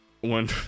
one